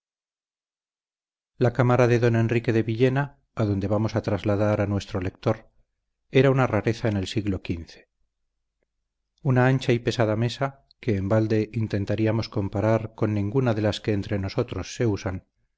la cámara de don enrique de villena adonde vamos a trasladar a nuestro lector era una rareza en el siglo xv una ancha y pesada mesa que en balde intentaríamos comparar con ninguna de las que entre nosotros se usan